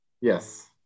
Yes